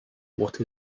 what